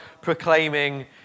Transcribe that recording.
proclaiming